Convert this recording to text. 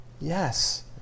Yes